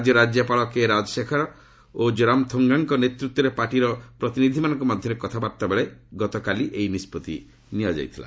ରାଜ୍ୟର ରାଜ୍ୟପାଳ କେ ରାଜଶେଖରମ୍ ଓ ଜୋରାମ୍ ଥାଙ୍ଗାଙ୍କ ନେତୃତ୍ୱରେ ପାର୍ଟିର ପ୍ରତିନିଧିମାନଙ୍କ ମଧ୍ୟରେ କଥାବାର୍ତ୍ତା ବେଳେ ଗତକାଲି ଏହି ନିଷ୍ପଭି ନିଆଯାଇଛି